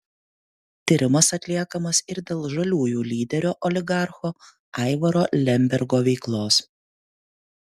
tyrimas atliekamas ir dėl žaliųjų lyderio oligarcho aivaro lembergo veiklos